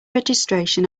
registration